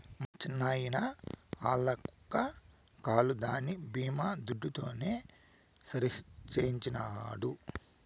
మా చిన్నాయిన ఆల్ల కుక్క కాలు దాని బీమా దుడ్డుతోనే సరిసేయించినాడు